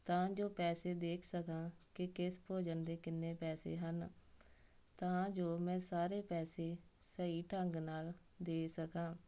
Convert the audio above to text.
ਤਾਂ ਜੋ ਪੈਸੇ ਦੇਖ ਸਕਾਂ ਕਿ ਕਿਸ ਭੋਜਨ ਦੇ ਕਿੰਨੇ ਪੈਸੇ ਹਨ ਤਾਂ ਜੋ ਮੈਂ ਸਾਰੇ ਪੈਸੇ ਸਹੀ ਢੰਗ ਨਾਲ ਦੇ ਸਕਾਂ